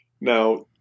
Now